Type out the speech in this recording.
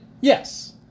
Yes